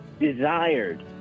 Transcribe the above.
desired